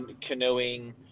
canoeing